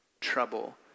trouble